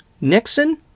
Nixon